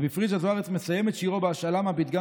רבי פריג'א זוארץ סיים את שירו בהשאלה מהפתגם